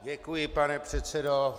Děkuji, pane předsedo.